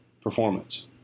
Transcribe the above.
performance